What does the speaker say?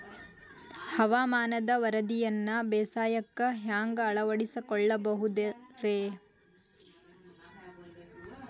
ಹವಾಮಾನದ ವರದಿಯನ್ನ ಬೇಸಾಯಕ್ಕ ಹ್ಯಾಂಗ ಅಳವಡಿಸಿಕೊಳ್ಳಬಹುದು ರೇ?